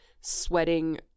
sweating